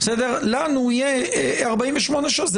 לנו יהיה 48 שעות.